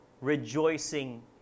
rejoicing